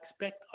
expect